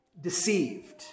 deceived